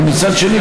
ומצד שני,